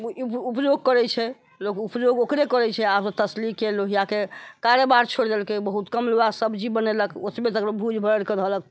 उपयोग करै छै लोक उपयोग ओकरे करै छै आब तसलीके लोहियाके कारेबार छोड़ि देलकै बहुत कम लोक आब सब्जी बनेलक ओतबे लोक भूजि भाजिके देलक